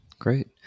Great